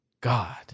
God